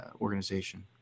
organization